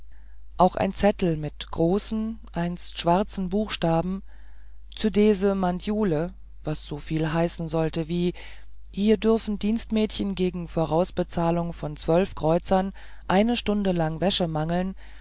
auch ein zettel mit großen einst schwarzen buchstaben zde se mandluje was soviel heißen sollte wie hier dürfen dienstmädchen gegen vorausbezahlung von zwölf kreuzern eine stunde lang wäsche mangen